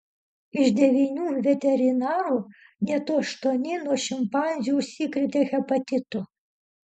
iš devynių veterinarų net aštuoni nuo šimpanzių užsikrėtė hepatitu